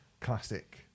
classic